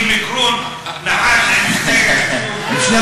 להלן תרגומם:) נחש עם שני,